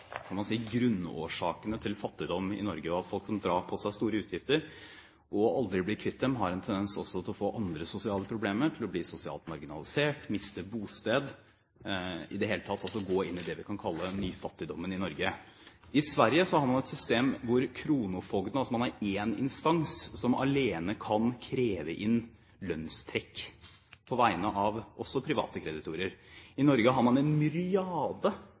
kan man si – grunnårsakene til fattigdom i Norge, og at folk som pådrar seg store utgifter og aldri blir kvitt dem, har en tendens til også å få andre sosiale problemer, til å bli sosialt marginalisert, miste bosted – i det hele tatt til å gå inn i det vi kan kalle nyfattigdommen i Norge. I Sverige har man et system hvor kronofogden – altså én instans alene – kan kreve inn lønnstrekk, også på vegne av private kreditorer. I Norge har man en